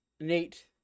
nate